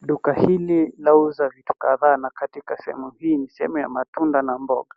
Duka hili lauza vitu kadhaa na katika sehemu hii ni sehemu ya matunda na mboga.